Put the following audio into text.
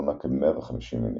מונה כ-150 מינים.